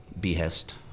behest